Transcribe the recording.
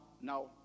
now